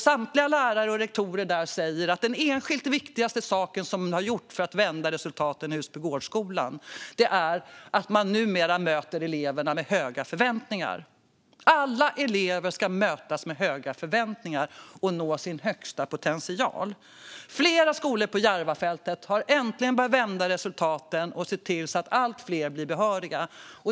Samtliga lärare och rektorer där säger att det enskilt viktigaste som man har gjort för att vända resultaten i Husbygårdsskolan är att man numera möter eleverna med höga förväntningar. Alla elever ska mötas med höga förväntningar och nå sin högsta potential. Flera skolor på Järvafältet har äntligen börjat vända resultaten och se till att allt fler blir behöriga.